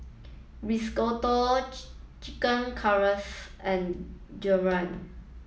Risotto Chicken and